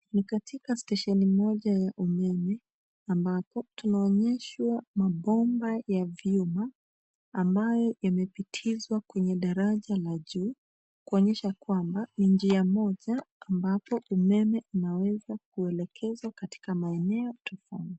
Ni katika stesheni moja ya umeme, ambapo tunaonyeshwa mabomba ya vyuma, ambayo yamepitishwa kwenye daraja la juu, kuonyesha kwamba ni njia moja ambapo umeme unaweza kupelekezwa katika maeneo tofauti.